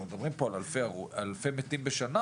אנחנו מדברים פה על אלפי מתים בשנה,